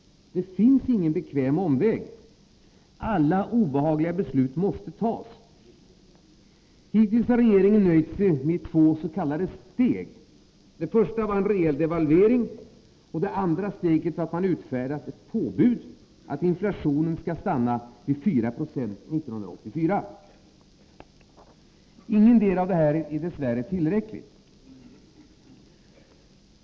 Det finns ingen bekväm omväg. Alla obehagliga beslut måste tas. Hittills har regeringen nöjt sig med två s.k. steg: Det första steget var en rejäl devalvering. Det andra steget var att man utfärdade ett påbud att inflationen skall stanna vid 4 90 1984. Ingetdera är dess värre tillräckligt.